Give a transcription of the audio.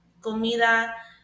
comida